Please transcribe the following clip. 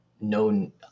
known